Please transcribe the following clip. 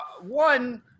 One